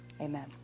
Amen